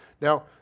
Now